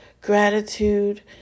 gratitude